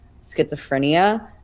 schizophrenia